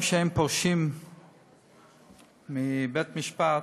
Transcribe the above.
ביום שהם פורשים מבית המשפט,